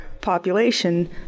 population